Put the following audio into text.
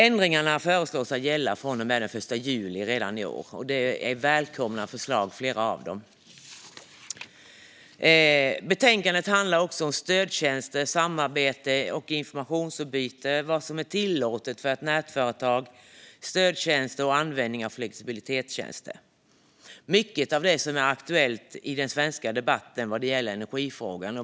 Ändringarna föreslås gälla redan från den 1 juli i år. Och det är välkomna förslag, flera av dem. Betänkandet handlar också om stödtjänster, samarbete och informationsutbyte, om vad som är tillåtet för ett nätföretag och om användning av flexibilitetstjänster. Det är mycket av det som är i aktuellt i den svenska debatten vad gäller energifrågan.